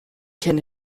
can